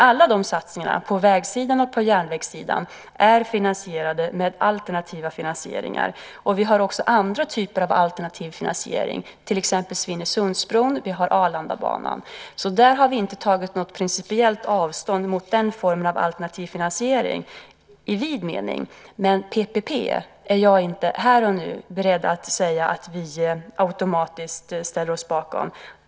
Alla de satsningarna - på vägsidan och på järnvägssidan - är finansierade med alternativa finansieringar. Vi har också andra typer av alternativ finansiering, till exempel Svinesundsbron och Arlandabanan. Vi har inte tagit något principiellt avstånd från den typen av alternativ finansiering i vid mening. PPP är jag inte här och nu beredd att säga att vi automatiskt ställer oss bakom.